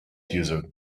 user